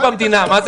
מה קשור מה הוא בוחר,